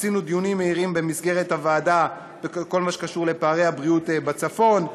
עשינו דיונים מהירים במסגרת הוועדה על כל מה שקשור לפערי הבריאות בצפון,